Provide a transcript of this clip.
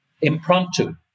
impromptu